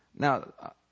Now